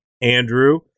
Andrew